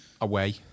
away